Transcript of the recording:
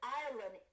ireland